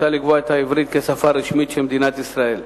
את העברית כשפה רשמית של מדינת ישראל,